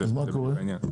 מה קורה?